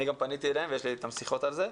אני גם פניתי אליהם ויש לי איתם שיחות על זה,